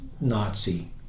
Nazi